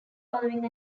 following